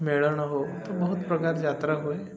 ମେଳଣ ହଉ ତ ବହୁତ ପ୍ରକାର ଯାତ୍ରା ହୁଏ